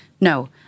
No